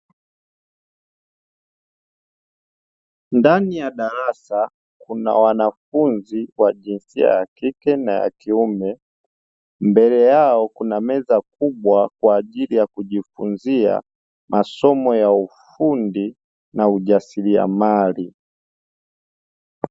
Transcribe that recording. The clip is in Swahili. Ndani ya darasa kuna wanafunzi wa jinsia ya kike na ya kiume, mbele yao kuna meza kubwa kwa ajili ya kujifunzia masomo ya ufundi na ujasiriamali.